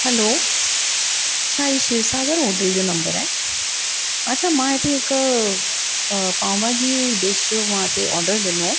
hello छा ही Shiv Sagar hotel जो नंबरु आहे अच्छा मां हिते हिकु पाव भाजी डिश जो मां हिते ऑडरु ॾिनो